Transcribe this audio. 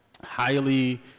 highly